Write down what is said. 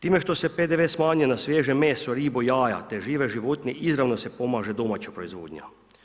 Time što se PDV smanjuje na svježe meso, ribe, jaja te žive životinje izravno se pomaže domaća proizvodnja.